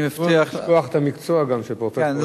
את המקצוע גם של פרופסור אלדד.